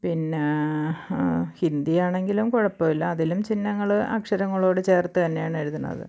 പിന്നെ ഹിന്ദിയാണെങ്കിലും കുഴപ്പം ഇല്ല അതിലും ചിഹ്നങ്ങൾ അക്ഷരങ്ങളോട് ചേർത്ത് തന്നെയാണ് എഴുതുന്നത്